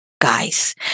Guys